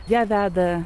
ją veda